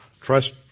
Trust